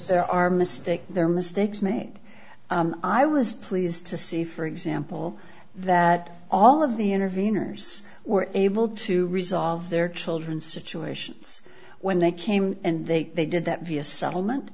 there are mistakes there are mistakes made i was pleased to see for example that all of the interveners were able to resolve their children situations when they came and they they did that via settlement